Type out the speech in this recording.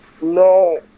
No